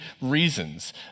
reasons